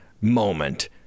moment